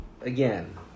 again